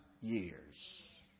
years